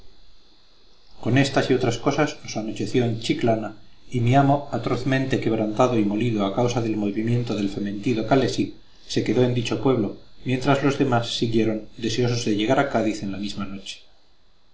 con éstas y otras cosas nos anocheció en chiclana y mi amo atrozmente quebrantado y molido a causa del movimiento del fementido calesín se quedó en dicho pueblo mientras los demás siguieron deseosos de llegar a cádiz en la misma noche